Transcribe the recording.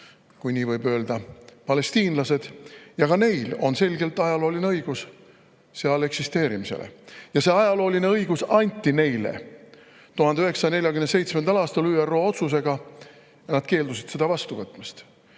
kui nii võib öelda, palestiinlased. Ka neil on selgelt ajalooline õigus seal eksisteerimisele. See ajalooline õigus anti neile 1947. aastal ÜRO otsusega ja nad keeldusid seda vastu võtmast.